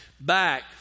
back